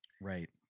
Right